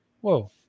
Whoa